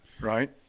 Right